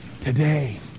today